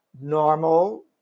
normal